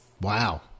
Wow